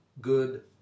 good